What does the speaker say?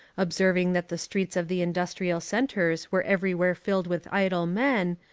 observing that the streets of the industrial centres were everywhere filled with idle men,